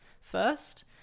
first